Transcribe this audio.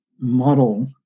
model